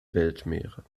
weltmeere